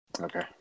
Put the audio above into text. Okay